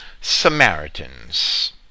Samaritans